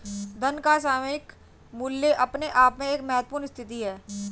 धन का सामयिक मूल्य अपने आप में एक महत्वपूर्ण स्थिति है